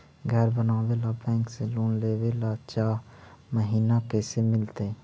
घर बनावे ल बैंक से लोन लेवे ल चाह महिना कैसे मिलतई?